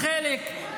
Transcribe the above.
אלמגור?